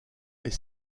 est